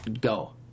go